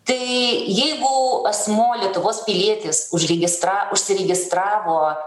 tai jeigu asmuo lietuvos pilietis užregistra užsiregistravo